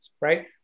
right